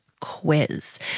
quiz